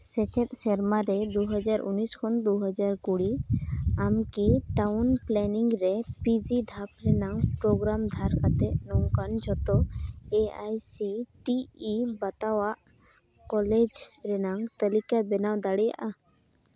ᱥᱮᱪᱮᱫ ᱥᱮᱨᱢᱟᱨᱮ ᱫᱩ ᱦᱟᱡᱟᱨ ᱩᱱᱤᱥ ᱠᱷᱚᱱ ᱫᱩ ᱦᱟᱡᱟᱨ ᱠᱩᱲᱤ ᱟᱢᱠᱤ ᱴᱟᱣᱩᱱ ᱯᱞᱮᱱᱤᱝ ᱨᱮ ᱯᱤᱡᱤ ᱫᱷᱟᱯ ᱨᱮᱱᱟᱝ ᱯᱨᱳᱜᱨᱟᱢ ᱫᱷᱟᱨ ᱠᱟᱛᱮᱫ ᱱᱚᱝᱠᱟᱱ ᱡᱷᱚᱛᱚ A I C T E ᱵᱟᱛᱟᱣᱟᱜ ᱠᱚᱞᱮᱡᱽ ᱨᱮᱱᱟᱝ ᱛᱟᱹᱞᱤᱠᱟ ᱵᱮᱱᱟᱣ ᱫᱟᱲᱮᱭᱟᱜᱼᱟ